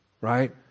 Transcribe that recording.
right